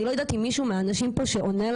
אני לא יודעת אם מישהו מהאנשים פה שעונה לנו,